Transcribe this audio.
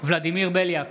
ולדימיר בליאק,